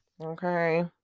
Okay